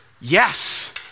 Yes